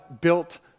built